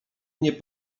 nie